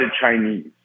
Chinese